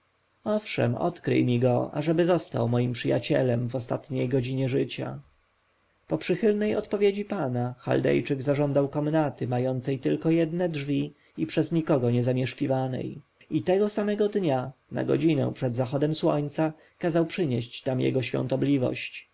owszem odkryj mi go ażeby został moim przyjacielem w ostatniej godzinie życia po przychylnej odpowiedzi pana chaldejczyk zażądał komnaty mającej tylko jedne drzwi i przez nikogo niezamieszkiwanej i tego samego dnia na godzinę przed zachodem słońca kazał przenieść tam jego świątobliwość